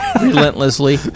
Relentlessly